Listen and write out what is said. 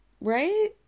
Right